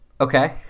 Okay